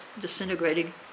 disintegrating